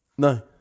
No